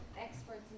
Experts